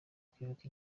kwibuka